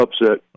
upset